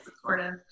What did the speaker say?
supportive